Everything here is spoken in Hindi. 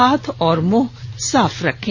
हाथ और मुंह साफ रखें